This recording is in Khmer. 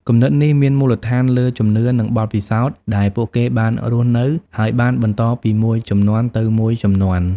គំនិតនេះមានមូលដ្ឋានលើជំនឿនិងបទពិសោធន៍ដែលពួកគេបានរស់នៅ ហើយបានបន្តពីមួយជំនាន់ទៅមួយជំនាន់។